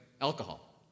alcohol